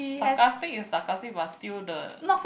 sarcastic is sarcastic but still the